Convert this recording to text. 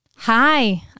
Hi